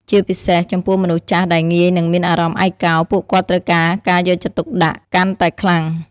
ជាពិសេស ចំពោះមនុស្សចាស់ដែលងាយនឹងមានអារម្មណ៍ឯកោ ពួកគាត់ត្រូវការការយកចិត្តទុកដាក់កាន់តែខ្លាំង។